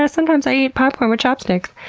ah sometimes, i eat popcorn with chopsticks!